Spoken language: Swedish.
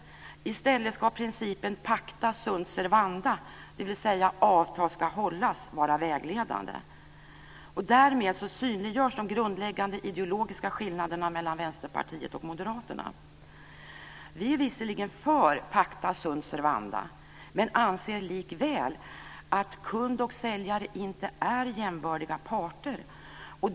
I stället ska principen pacta sunt servanda, dvs. avtal ska hållas, vara vägledande. Därmed synliggörs de grundläggande ideologiska skillnaderna mellan Vänsterpartiet och Moderaterna. Vi är visserligen för pacta sunt servanda, men anser likväl att kund och säljare inte är jämbördiga parter.